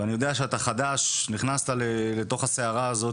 ואני יודע שאתה חדש, נכנסת לתוך הסערה הזו